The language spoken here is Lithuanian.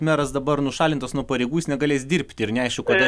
meras dabar nušalintas nuo pareigų jis negalės dirbti ir neaišku kada